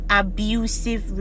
abusive